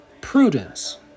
prudence